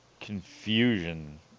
confusion